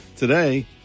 Today